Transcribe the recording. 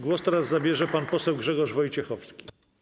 Głos teraz zabierze pan poseł Grzegorz Wojciechowski.